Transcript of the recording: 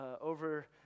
over